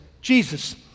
Jesus